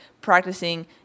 practicing